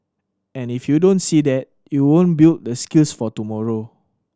and if you don't see that you won't build the skills for tomorrow